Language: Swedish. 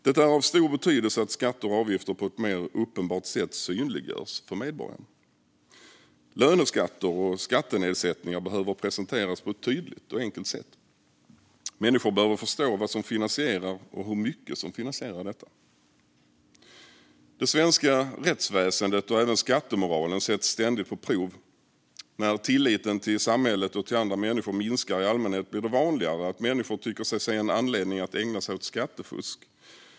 Det är av stor betydelse att skatter och avgifter synliggörs på ett mer uppenbart sätt för medborgaren. Löneskatter och skattenedsättningar behöver presenteras på ett tydligt och enkelt sätt. Människor behöver förstå vad som finansieras och hur mycket som finansierar detta. Det svenska rättsväsendet och även skattemoralen sätts ständigt på prov. När tilliten till samhället och till andra människor minskar i allmänhet blir det vanligare att människor tycker sig se en anledning att ägna sig åt skattefusk.